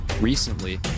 Recently